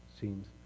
seems